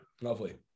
Lovely